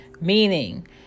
meaning